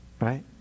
right